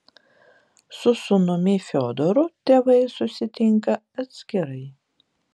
su sūnumi fiodoru tėvai susitinka atskirai